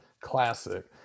classic